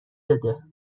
بده